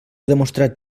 demostrat